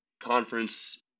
conference